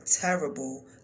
terrible